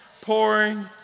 pouring